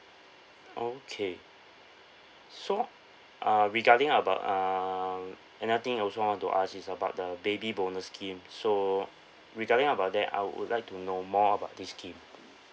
okay so uh regarding about um another thing I also want to ask is about the baby bonus scheme so regarding about that I would like to know more about this scheme